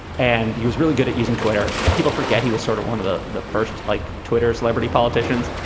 and he was really good at using twitter. people forget he was sort of one of the the first like twitter celebrity politicians.